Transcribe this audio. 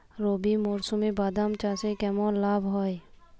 রবি মরশুমে বাদাম চাষে কেমন লাভ হয়?